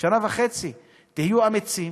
שנה וחצי, תהיו אמיצים